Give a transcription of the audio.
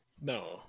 no